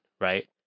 Right